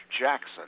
Jackson